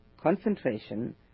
concentration